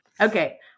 Okay